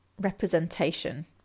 representation